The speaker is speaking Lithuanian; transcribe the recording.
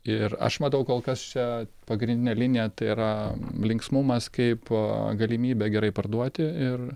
ir aš matau kol kas čia pagrindinę liniją tai yra linksmumas kaip galimybė gerai parduoti ir